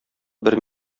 бер